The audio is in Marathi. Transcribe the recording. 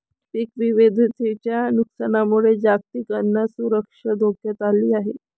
पीक विविधतेच्या नुकसानामुळे जागतिक अन्न सुरक्षा धोक्यात आली आहे